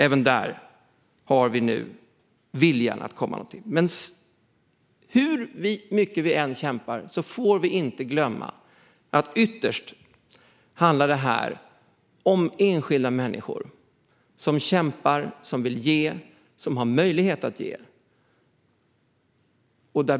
Även där har vi nu viljan att komma framåt. Men hur mycket vi än kämpar får vi inte glömma att detta ytterst handlar om enskilda människor som kämpar, som vill ge och som har möjlighet att ge.